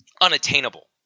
Unattainable